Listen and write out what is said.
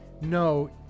No